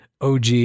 OG